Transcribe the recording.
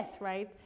right